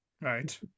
Right